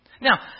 Now